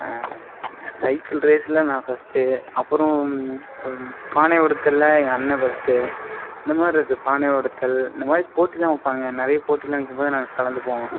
cycle ரேஸில் நான் first அப்புறம் பானை உடைத்தலில் எங்கள் அண்ணன் ஃபர்ஸ்ட்டு இந்தமாதிரி இருக்குது பானை உடைத்தல் இந்தமாதிரி போட்டிலாம் வைப்பாங்க நிறையா போட்டிலாம் வைக்கும்போது நாங்கள் கலந்துப்போம்